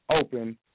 open